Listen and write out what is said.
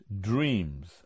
dreams